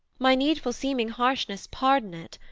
my needful seeming harshness, pardon it.